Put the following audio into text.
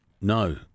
No